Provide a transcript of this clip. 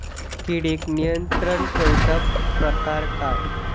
किडिक नियंत्रण ठेवुचा प्रकार काय?